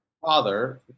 father